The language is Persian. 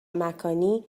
مکانی